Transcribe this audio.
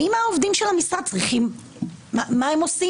העובדים של המשרד, מה הם עושים?